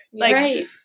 Right